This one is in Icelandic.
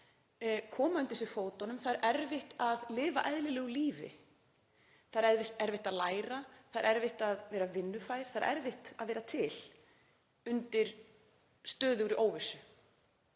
koma undir sig fótunum, það er erfitt að lifa eðlilegu lífi, það er erfitt að læra, það er erfitt að vera vinnufær, það er erfitt að vera til undir stöðugri óvissu.